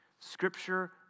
Scripture